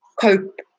cope